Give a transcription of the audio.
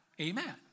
Amen